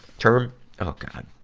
term? oh god!